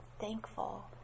thankful